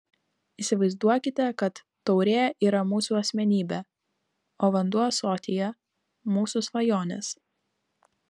įsivaizduokite kad taurė yra mūsų asmenybė o vanduo ąsotyje mūsų svajonės